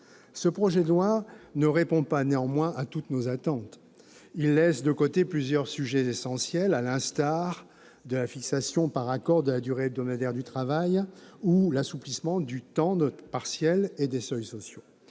Ce projet de loi ne répond pas néanmoins à toutes nos attentes. En effet, il laisse de côté plusieurs sujets essentiels tels que la fixation par accord de la durée hebdomadaire de travail ou l'assouplissement du temps partiel et des seuils sociaux.